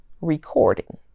recording